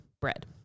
bread